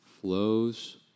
flows